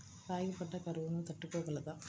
రాగి పంట కరువును తట్టుకోగలదా?